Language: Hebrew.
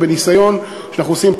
בניסיון שאנחנו עושים.